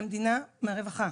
מהמדינה, מהרווחה.